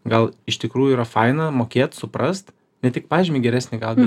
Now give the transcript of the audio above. gal iš tikrųjų yra faina mokėt suprast ne tik pažymį geresnį gaut